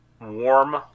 warm